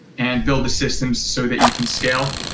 and build the systems so that you can scale.